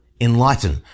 enlighten